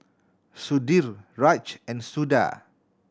Sudhir Raj and Suda